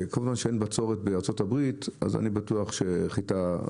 כל זמן שאין בצורת בארצות הברית אז אני בטוח שתהיה חיטה",